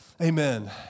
Amen